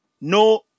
no